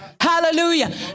hallelujah